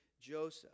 Joseph